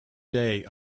day